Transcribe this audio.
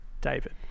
David